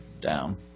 down